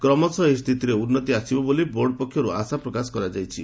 କ୍ରମଶଃ ଏହି ସ୍ଥିତିରେ ଉନ୍ନତି ଆସିବ ବୋଲି ବୋର୍ଡ ପକ୍ଷରୁ ଆଶା ପ୍ରକାଶ କରାଯାଇଛି